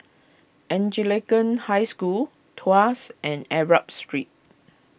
Anglican High School Tuas and Arab Street